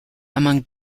among